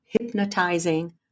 hypnotizing